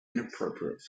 inappropriate